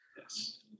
Yes